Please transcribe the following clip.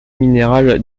minéral